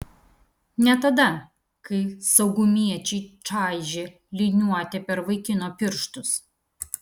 ne tada kai saugumiečiai čaižė liniuote per vaikino pirštus